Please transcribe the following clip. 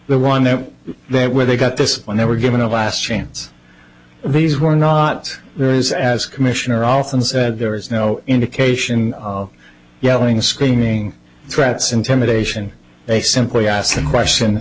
the one that they where they got this when they were given a last chance these were not there is as commissioner often said there is no indication yelling screaming threats intimidation they simply asked a question